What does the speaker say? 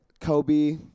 kobe